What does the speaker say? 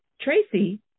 Tracy